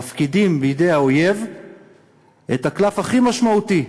מפקידים בידי האויב את הקלף הכי משמעותי: